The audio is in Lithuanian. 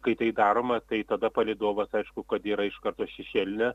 kai tai daroma tai tada palydovas aišku kad yra iš karto šešėlinė